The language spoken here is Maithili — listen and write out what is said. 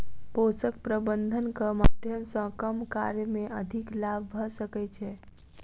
पोषक प्रबंधनक माध्यम सॅ कम कार्य मे अधिक लाभ भ सकै छै